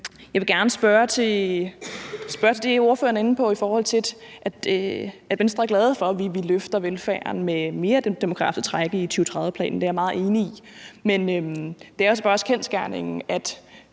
Jeg vil gerne spørge til det, ordføreren er inde på, nemlig at Venstre er glade for, at vi løfter velfærden med mere end det demografiske træk i 2030-planen, hvad jeg er meget enig i. Men det er altså bare også en